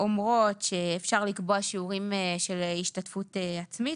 אומרות שאפשר לקבוע שיעורים של השתתפות עצמית,